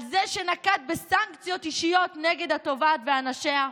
על זה שנקט סנקציות אישיות נגד התובעת ואנשיה?